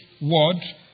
word